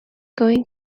going